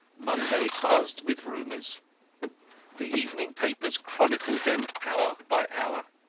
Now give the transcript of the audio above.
monday buzzed with rumours the evening papers chronicled them hour by hour.